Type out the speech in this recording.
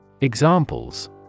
Examples